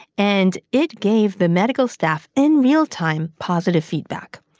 and it gave the medical staff in real time positive feedback.